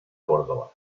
córdoba